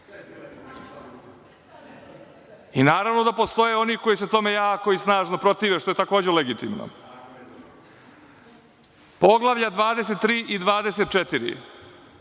Naravno da postoje oni koji se tome jako i snažno protive, što je takođe legitimno. Poglavlja 23 i 24